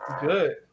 Good